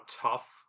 tough